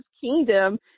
kingdom